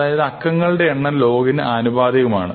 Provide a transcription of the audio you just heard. അതായത് അക്കങ്ങളുടെ എണ്ണം log നു ആനുപാതികമാണ്